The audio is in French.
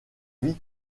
vie